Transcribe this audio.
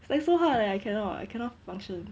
it's like so hard leh I cannot I cannot function